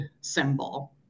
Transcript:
symbol